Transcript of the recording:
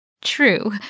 True